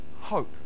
hope